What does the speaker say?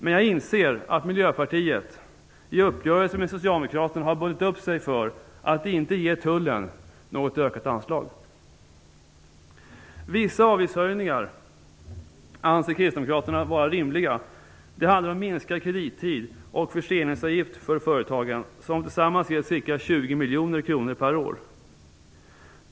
Men jag inser att Miljöpartiet i uppgörelsen med Socialdemokraterna har bundit upp sig för att inte ge tullen något ökat anslag. Kristdemokraterna anser vissa avgiftshöjningar vara rimliga. Det handlar om minskad kredittid och förseningsavgift för företagen, som tillsammans ger ca 20 miljoner kronor per år.